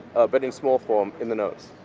but in small form, in the nose.